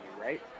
right